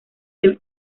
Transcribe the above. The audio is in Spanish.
del